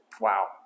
Wow